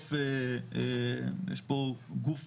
בסוף יש פה גוף